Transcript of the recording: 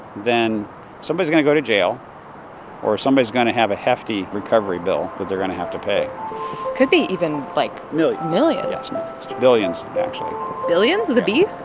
then somebody's going to go to jail or somebody's going to have a hefty recovery bill that they're going to have to pay could be even, like. millions millions yes billions, actually billions with a b? oh,